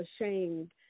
ashamed